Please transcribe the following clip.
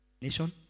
Nation